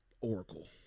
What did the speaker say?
Oracle